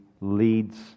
leads